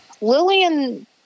Lillian